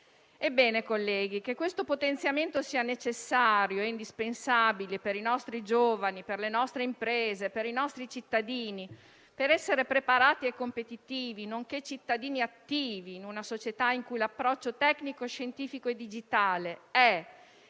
Colleghi, questo potenziamento è necessario e indispensabile per i nostri giovani, per le nostre imprese e per i nostri cittadini, per essere preparati e competitivi, nonché cittadini attivi in una società in cui l'approccio tecnico, scientifico e digitale è - e